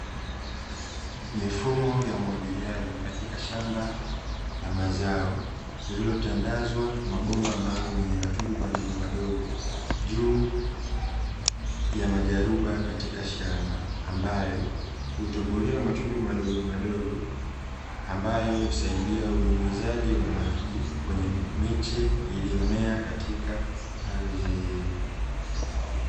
Mifumo ya umwagiliaji katika shamba la mazao lililotandazwa mabomba maalumu yenye matundu madogomadogo juu ya majaruba yaliyopo katika shamba, ambayo hutobolewa matundu madogomadogo ambayo husaidia unyunyiziaji wa maji kwenye miche iliyomea katika ardhi hiyo.